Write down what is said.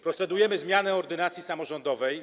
Procedujemy nad zmianą ordynacji samorządowej.